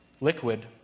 Liquid